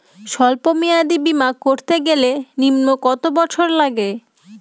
সল্প মেয়াদী বীমা করতে গেলে নিম্ন কত বছর লাগে?